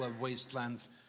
wastelands